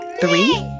Three